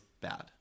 bad